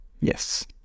Yes